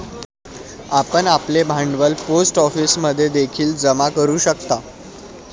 आपण आपले भांडवल पोस्ट ऑफिसमध्ये देखील जमा करू शकता